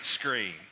screen